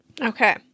Okay